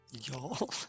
Y'all